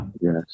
Yes